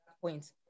point